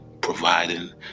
providing